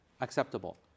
acceptable